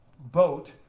boat